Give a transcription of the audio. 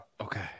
okay